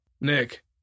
Nick